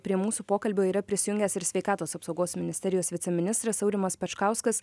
prie mūsų pokalbio yra prisijungęs ir sveikatos apsaugos ministerijos viceministras aurimas pečkauskas